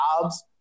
jobs